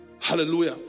Hallelujah